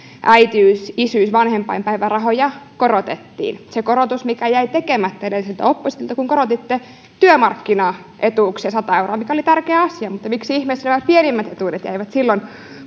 äitiys isyys vanhempainpäivärahoja korotettiin se korotus mikä jäi tekemättä edelliseltä oppositiolta kun korotitte työmarkkinaetuuksia sata euroa mikä oli tärkeä asia mutta miksi ihmeessä nämä pienimmät etuudet jäivät silloin